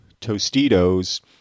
Tostitos